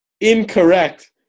incorrect